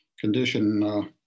condition